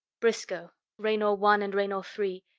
briscoe. raynor one and raynor three.